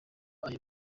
ayo